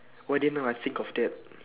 why didn't I think of that